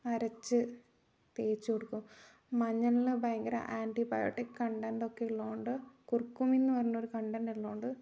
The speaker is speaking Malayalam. അരച്ച് തേച്ചു കൊടുക്കും മഞ്ഞളിൽ ഭയങ്കര ആൻ്റിബയോട്ടിക് കണ്ടൻ്റൊക്കെ ഉള്ളതുകൊണ്ട് കുർക്കുമിൻ എന്നു പറഞ്ഞൊരു കണ്ടൻ്റ് ഉള്ളതുകൊണ്ട്